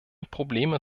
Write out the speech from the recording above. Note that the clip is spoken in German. probleme